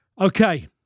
Okay